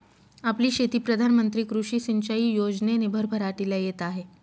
आपली शेती प्रधान मंत्री कृषी सिंचाई योजनेने भरभराटीला येत आहे